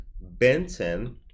Benton